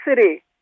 city